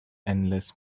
endless